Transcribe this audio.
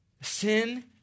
Sin